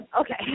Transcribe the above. Okay